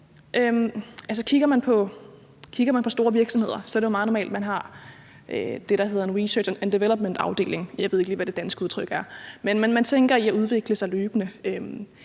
kigger man på store virksomheder, er det jo meget normalt, at man har det, der hedder en research and development-afdeling. Jeg ved ikke lige, hvad det danske udtryk er, men man tænker i at udvikle sig løbende.